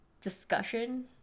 discussion